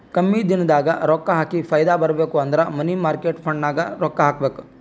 ಕಮ್ಮಿ ದಿನದಾಗ ರೊಕ್ಕಾ ಹಾಕಿ ಫೈದಾ ಬರ್ಬೇಕು ಅಂದುರ್ ಮನಿ ಮಾರ್ಕೇಟ್ ಫಂಡ್ನಾಗ್ ರೊಕ್ಕಾ ಹಾಕಬೇಕ್